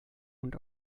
und